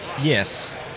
Yes